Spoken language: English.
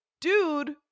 dude